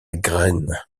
graine